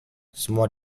semua